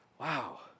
wow